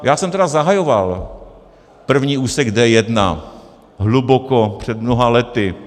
Já jsem tedy zahajoval první úsek D1 hluboko před mnoha lety.